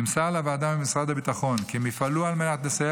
נמסר לוועדה ממשרד הביטחון כי הם יפעלו על מנת לסייע